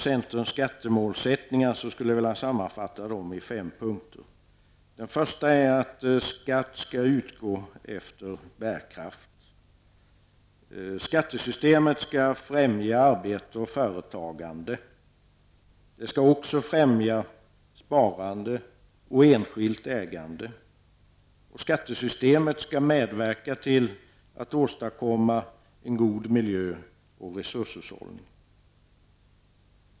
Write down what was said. Centerns skattemålsättningar skulle jag vilja sammanfatta i fem punkter: 2. Skattesystemet skall främja arbete och företagande. 3. Det skall också främja sparande och enskilt ägande. 4. Skattesystemet skall medverka till att åstadkomma en god miljö och resurshushållning. 5.